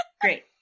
great